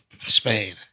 Spain